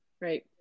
Right